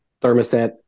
thermostat